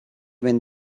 when